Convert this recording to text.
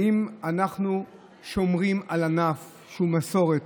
האם אנחנו שומרים על ענף שהוא מסורת.